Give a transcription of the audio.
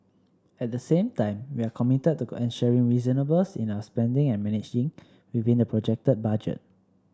at the same time we are committed to ensuring reasonableness in our spending and managing within the projected budget